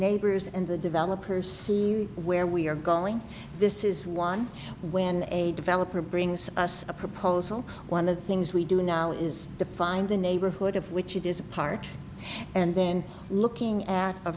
neighbors and the developers see where we are going this is one when a developer brings us a proposal one of the things we do now is to find the neighborhood of which it is a part and then looking at a